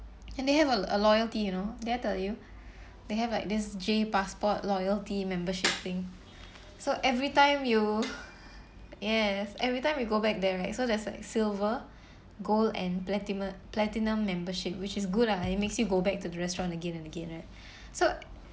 and they have a a loyalty you know did I tell you they have like this j passport loyalty membership thing so every time you yes every time you go back there right so there's like silver gold and platinum platinum membership which is good ah it makes you go back to the restaurant again and again right so